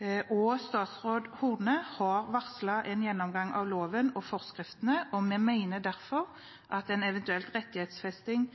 Statsråd Horne har varslet en gjennomgang av loven og forskriftene. Vi mener derfor at en eventuell rettighetsfesting